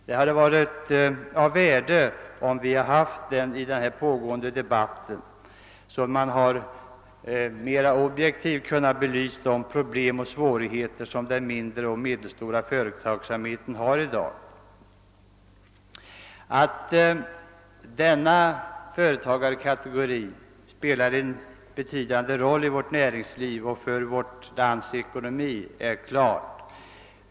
Det hade varit av värde om vi hade haft tillgång till undersökningsresultatet i den här pågående debatten, så att man mera objektivt kunnat belysa de problem och svårigheter som den mindre och medelstora företagsamheten har i dag. Att denna företagarkategori spelar en betydande roll i vårt näringsliv och för vårt lands ekonomi är klart.